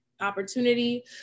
opportunity